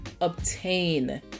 obtain